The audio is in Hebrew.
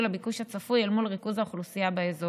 לביקוש הצפוי אל מול ריכוז האוכלוסייה באזור.